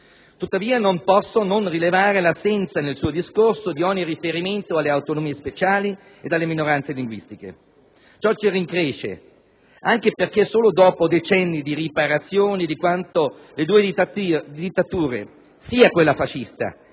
Tuttavia non posso non rilevare l'assenza, nel suo discorso, di ogni riferimento alle autonomie speciali ed alle minoranze linguistiche. Ciò ci rincresce anche perché solo dopo decenni di riparazioni di quanto le due dittature, sia quella fascista